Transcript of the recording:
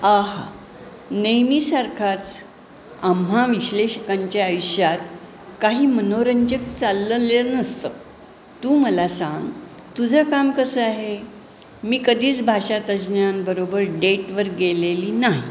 आहा नेहमीसारखाच आम्हा विश्लेषकांच्या आयुष्यात काही मनोरंजक चाललेलं नसतं तू मला सांग तुझं काम कसं आहे मी कधीच भाषा तज्ज्ञांबरोबर डेटवर गेलेली नाही